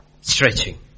stretching